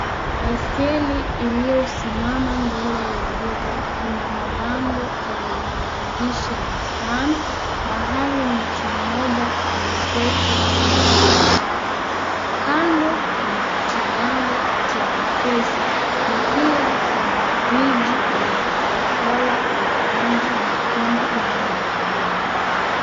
Baiskeli iliyosimama mbele ya duka, kuna mabango yenye maandishi Nissan, mahali mtu mmoja ameketi kwenye sakafu. Kando kuna kibango cha Mpesa na piabkuna friji yenye Cocacola ya rangi nyekundu ndani ya duka.